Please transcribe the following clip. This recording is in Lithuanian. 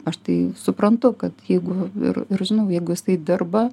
aš tai suprantu kad jeigu ir ir žinau jeigu jisai dirba